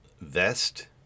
vest